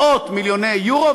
מאות מיליוני יורו,